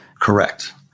Correct